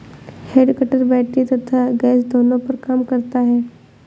head cutter battery तथा gas दोनों पर काम करता है